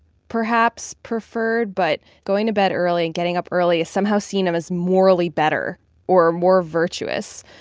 perhaps, preferred. but going to bed early and getting up early is somehow seen um as morally better or more virtuous.